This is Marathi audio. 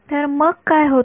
तर मग काय होते